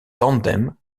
tandem